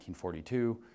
1942